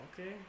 Okay